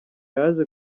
yaje